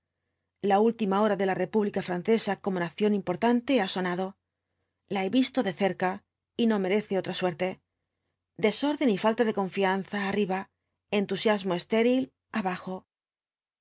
la última hora de la república francesa como nación importante ha sonado la he visto de cerca y no merece otra suerte desorden y falta de confianza arriba entusiasmo o téril abajo